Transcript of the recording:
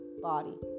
body